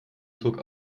zog